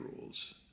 rules